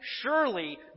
surely